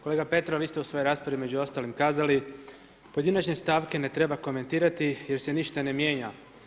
Kolega Petrov, vi ste u svojoj raspravi među ostalim kazali pojedinačne stavke ne treba komentirati jer se ništa ne mijenja.